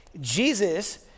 Jesus